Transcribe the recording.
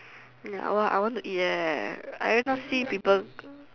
ya I want I want to eat eh I every time see people